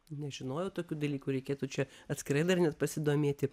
nežinojau tokių dalykų reikėtų čia atskirai dar net pasidomėti